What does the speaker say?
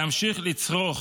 להמשיך לצרוך